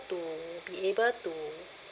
to be able to